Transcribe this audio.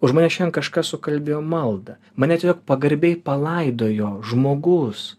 už mane kažkas sukalbėjo maldą mane tiesiog pagarbiai palaidojo žmogus